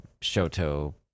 Shoto